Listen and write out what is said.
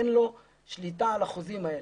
אין לו שליטה על החוזים האלה.